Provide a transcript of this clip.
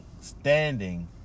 Standing